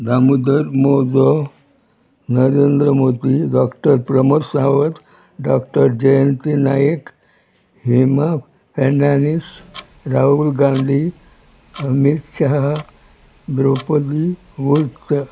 Damodar Mauzo Narendra Modi doctor Pramod Sawant doctor Jayanti Naik Hema Fernandes Rahul Gandhi Amit Shah Droupadi मूर्त